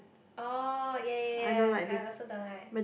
oh yea yea yea I also don't like